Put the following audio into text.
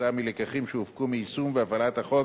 כתוצאה מלקחים שהופקו מיישום והפעלת החוק